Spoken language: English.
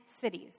cities